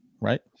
right